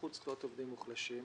ביחוד עובדים מוחלשים.